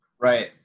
right